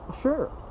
Sure